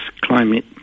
climate